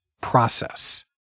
process